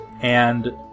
and-